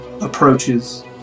approaches